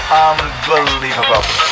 unbelievable